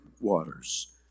waters